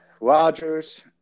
Rodgers